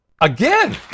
again